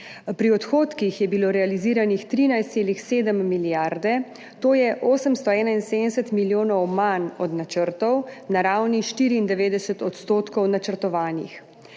Pri odhodkih je bilo realizirane 13,7 milijarde, to je 871 milijonov manj od načrtov, na ravni 94 % načrtovanih.